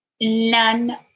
none